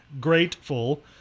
grateful